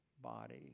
body